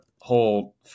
whole